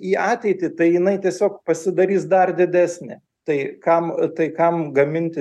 į ateitį tai jinai tiesiog pasidarys dar didesnė tai kam tai kam gaminti